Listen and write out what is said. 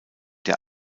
der